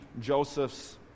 Joseph's